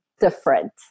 different